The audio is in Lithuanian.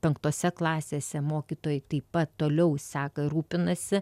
penktose klasėse mokytojai taip pat toliau seka rūpinasi